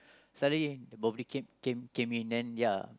suddenly birthday cake cam came in then ya